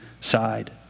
side